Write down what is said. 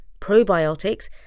probiotics